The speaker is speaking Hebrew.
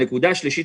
הנקודה השלישית,